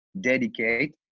dedicate